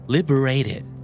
Liberated